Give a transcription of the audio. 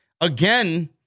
again